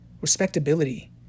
respectability